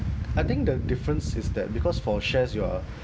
I think the difference is that because for shares you are